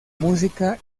música